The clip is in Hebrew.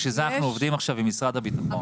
בשביל זה אנחנו עובדים עכשיו עם משרד הביטחון,